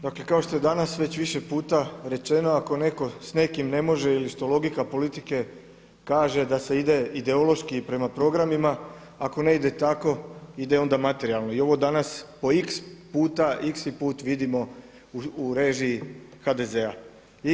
Dakle kao što je danas već više puta rečeno, ako neko s nekim ne može ili što logika politike kaže da se ide ideološki prema programima, ako ne ide tako ide onda materijalno i ovo danas po x puta vidimo u režiji HDZ-a.